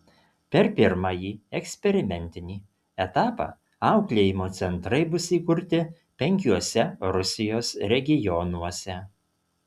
per pirmąjį eksperimentinį etapą auklėjimo centrai bus įkurti penkiuose rusijos regionuose